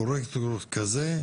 פרויקטור כזה,